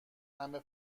همه